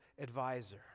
advisor